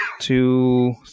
Two